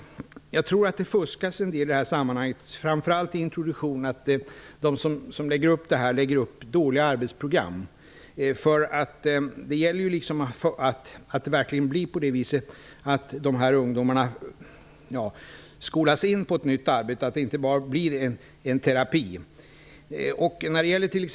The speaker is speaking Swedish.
Men jag tror att det fuskas en del i det sammanhanget, framför allt i introduktionen. Man lägger upp dåliga arbetsprogram. Det gäller att verkligen se till att ungdomarna skolas in i ett nytt arbete, att det inte bara blir terapi.